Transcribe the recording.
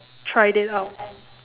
tried it out